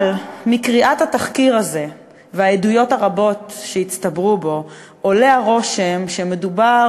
אבל מקריאת התחקיר הזה והעדויות הרבות שהצטברו בו עולה הרושם שמדובר